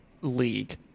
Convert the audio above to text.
league